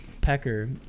pecker